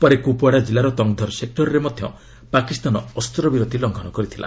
ପରେ କୁପ୍ୱାଡ଼ା ଜିଲ୍ଲାର ତଙ୍ଗଧର ସେକ୍ଟରରେ ମଧ୍ୟ ପାକିସ୍ତାନ ଅସ୍ତ୍ରବିରତି ଲଙ୍ଘନ କରିଥିଲା